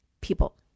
people